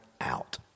out